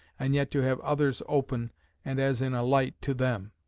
and yet to have others open and as in a light to them.